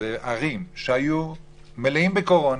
וערים שהיו מלאות בקורונה,